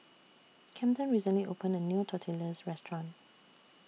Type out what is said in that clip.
Kamden recently opened A New Tortillas Restaurant